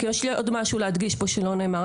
יש לי עוד מה להדגיש פה שלא נאמר.